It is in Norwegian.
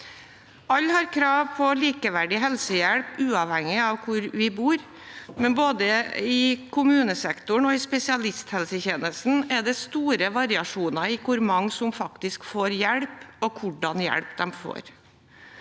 Alle har krav på likeverdig helsehjelp uavhengig av hvor vi bor, men både i kommunesektoren og i spesialisthelsetjenesten er det store variasjoner i hvor mange som faktisk får hjelp, og hvilken hjelp de får.